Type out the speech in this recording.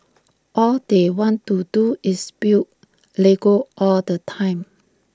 all they want to do is build Lego all the time